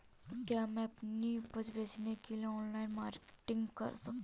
क्या मैं अपनी उपज बेचने के लिए ऑनलाइन मार्केटिंग कर सकता हूँ?